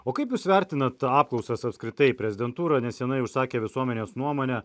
o kaip jūs vertinae apklausas apskritai prezidentūra neseniai užsakė visuomenės nuomonę